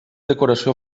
decoració